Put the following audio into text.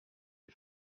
est